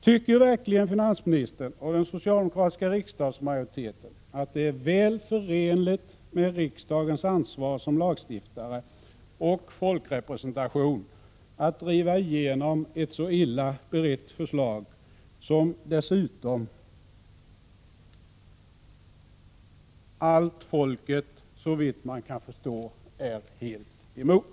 Tycker verkligen finansministern och den socialistiska riksdagsmajoriteten att det är väl förenligt med riksdagens ansvar som lagstiftare och folkrepresentation att driva igenom ett så illa berett förslag, som dessutom allt folket, såvitt man kan förstå, är helt emot?